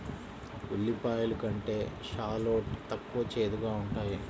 ఉల్లిపాయలు కంటే షాలోట్ తక్కువ చేదుగా ఉంటాయి